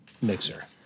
mixer